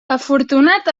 afortunat